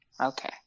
Okay